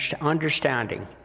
understanding